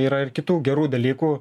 yra ir kitų gerų dalykų